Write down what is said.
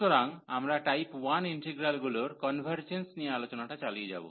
সুতরাং আমরা টাইপ 1 ইন্টিগ্রালগুলির কনভারর্জেন্স নিয়ে আলোচনাটা চালিয়ে যাব